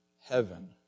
heaven